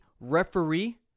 referee